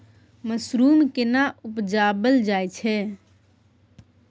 Mushroom केना उबजाबल जाय छै?